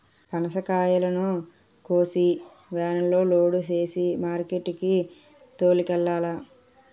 పనసకాయలను కోసి వేనులో లోడు సేసి మార్కెట్ కి తోలుకెల్లాల